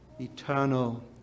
eternal